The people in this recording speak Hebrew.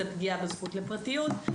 זו פגיעה בזכות לפרטיות,